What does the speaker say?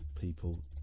people